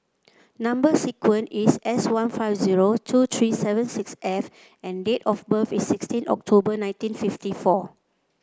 number sequence is S one five zero two three seven six F and date of birth is sixteen October nineteen fifty four